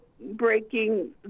breaking